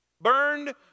Burned